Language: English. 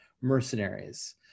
mercenaries